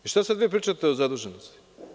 I šta sad vi pričate o zaduženosti?